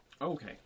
okay